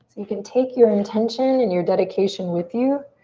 you can take your intention and your dedication with you.